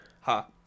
Ha